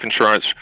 insurance